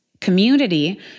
community